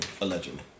Allegedly